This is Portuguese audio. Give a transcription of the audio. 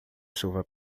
chuva